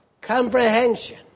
comprehension